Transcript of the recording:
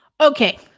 Okay